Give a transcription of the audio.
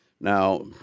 now